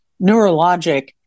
neurologic